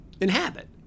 inhabit